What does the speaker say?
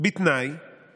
בבקשה, גברתי.